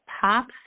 pops